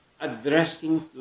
addressing